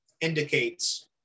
indicates